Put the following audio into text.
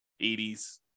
80s